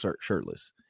shirtless